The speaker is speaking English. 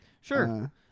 Sure